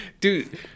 Dude